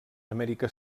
amèrica